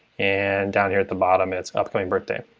and down here at the bottom it's upcoming birthday.